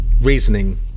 reasoning